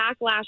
backlash